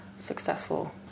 successful